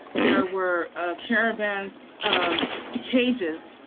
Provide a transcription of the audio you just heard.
there were caravans to cages,